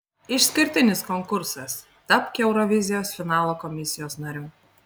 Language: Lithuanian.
išskirtinis konkursas tapk eurovizijos finalo komisijos nariu